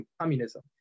communism